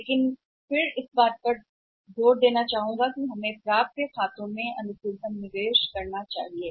लेकिन फिर से मैं यहाँ पर सशक्त हूँ फिर से हमें खातों में प्राप्य निवेश में फिर से इष्टतम निवेश करना होगा